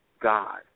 God